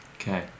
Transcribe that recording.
Okay